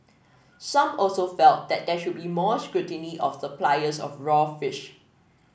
some also felt that there should be more scrutiny of the suppliers of raw fish